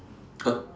!huh!